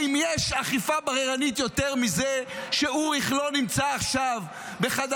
האם יש אכיפה בררנית יותר מזה שאוריך לא נמצא עכשיו בחדר